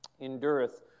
endureth